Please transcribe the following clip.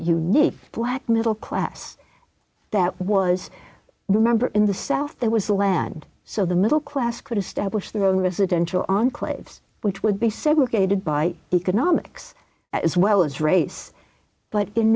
unique black middle class that was remember in the south there was a land so the middle class could establish their own residential enclaves which would be segregated by economics as well as race but in